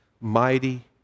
mighty